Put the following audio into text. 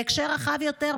בהקשר רחב יותר,